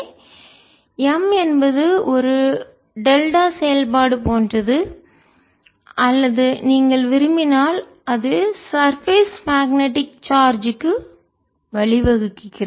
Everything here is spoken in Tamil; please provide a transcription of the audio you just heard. M Hinside MHoutside0B 0H MBinside o M M0Boutside0 எனவே M என்பது ஒரு டெல்டா செயல்பாடு போன்றது அல்லது நீங்கள் விரும்பினால் அது சர்பேஸ் மேற்பரப்பு மேக்னெட்டிக் காந்த சார்ஜ் க்கு வழிவகுக்கிறது